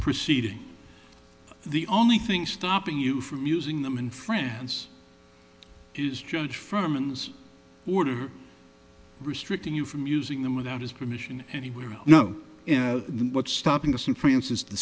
proceeding the only thing stopping you from using them in france is judge from ns order restricting you from using them without his permission anywhere oh no what's stopping us in france is to